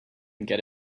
get